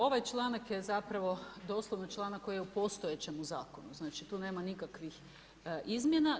Ovaj članak je zapravo doslovno članak koji je u postojećemu zakonu, znači tu nema nikakvih izmjena.